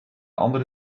andere